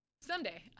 someday